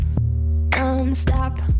non-stop